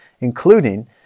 including